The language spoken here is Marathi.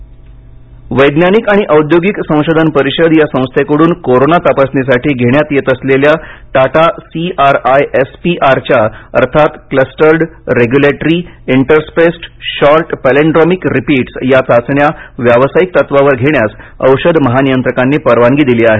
चाचणी वैज्ञानिक आणि औद्योगिक संशोधन परिषद या संस्थेकडून कोरोना तपासणीसाठी घेण्यात येत असलेल्या Tata C R I S P R च्या अर्थात clustered regulatory interspaced short palindromic repeats या चाचण्या व्यावसायिक तत्त्वावर घेण्यास औषध महानियंत्रकांनी परवानगी दिली आहे